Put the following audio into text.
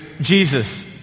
Jesus